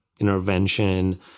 intervention